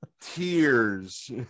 tears